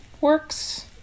works